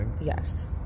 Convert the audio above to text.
Yes